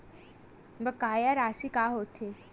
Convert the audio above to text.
बकाया राशि का होथे?